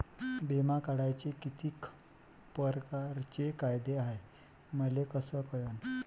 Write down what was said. बिमा काढाचे कितीक परकारचे फायदे हाय मले कस कळन?